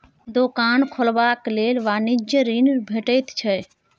दोकान खोलबाक लेल वाणिज्यिक ऋण भेटैत छै